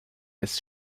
ist